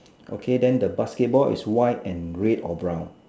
okay then the basketball is white and red or brown